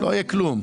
כלום.